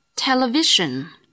Television